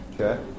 Okay